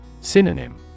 Synonym